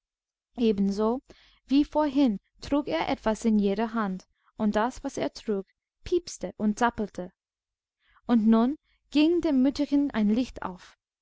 ebenso wie vorhin trug er etwas in jeder hand und das was er trug piepste und zappelte und nun ging dem mütterchen ein licht auf